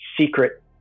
secret